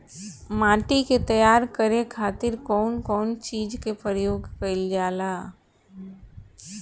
माटी के तैयार करे खातिर कउन कउन चीज के प्रयोग कइल जाला?